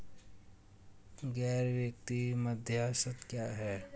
गैर वित्तीय मध्यस्थ क्या हैं?